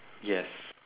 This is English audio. yes